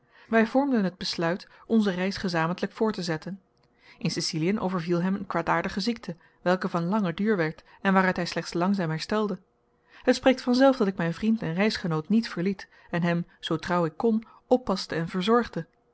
wij vormden het besluit onze reis gezamentlijk voor te zetten in siciliën overviel hem een kwaadaardige ziekte welke van langen duur werd en waaruit hij slechts langzaam herstelde het spreekt van zelf dat ik mijn vriend en reisgenoot niet verliet en hem zoo trouw ik kon oppaste en verzorgde